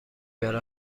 برد